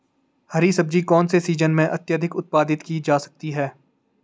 हरी सब्जी कौन से सीजन में अत्यधिक उत्पादित की जा सकती है?